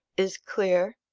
is clear